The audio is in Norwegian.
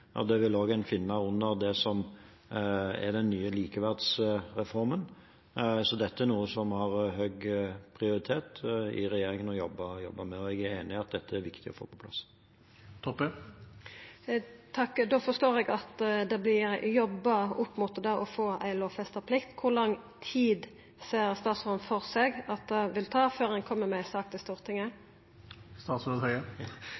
Det vil en også finne under det som er den nye likeverdsreformen. Så det å jobbe med dette har høy prioritet i regjeringen. Jeg er enig i at det er viktig å få på plass. Da forstår eg at det vert jobba for å få ei lovfesta plikt. Kor lang tid ser statsråden for seg at det vil ta før ein kjem med ei sak til